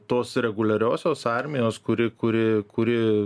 tos reguliariosios armijos kuri kuri kuri